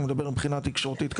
אני מדבר מבחינה תקשורתית כמובן.